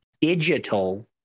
digital